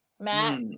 Matt